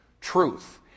truth